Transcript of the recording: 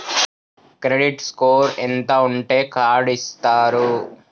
Credit score ఎంత ఉంటే card ఇస్తారు?